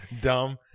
dumb